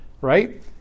right